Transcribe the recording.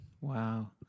Wow